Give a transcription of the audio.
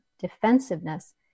defensiveness